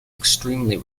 extremely